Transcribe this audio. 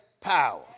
power